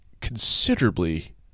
considerably